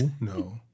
No